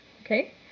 Okay